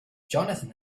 johnathan